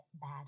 bad